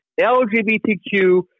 LGBTQ